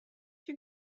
you